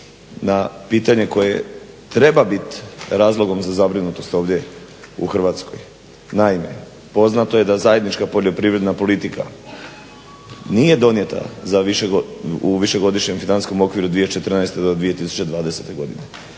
na pitanje koje treba biti razlogom za zabrinutost ovdje u Hrvatskoj. Naime, poznato je da zajednička poljoprivredna politika nije donijeta u Višegodišnjem financijskom okviru 2014.-2020. godine